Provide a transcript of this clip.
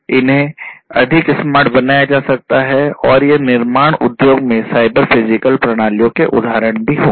इन्हें अधिक स्मार्ट बनाया जा सकता है और ये निर्माण उद्योग में साइबर फिजिकल प्रणालियों के उदाहरण भी होंगे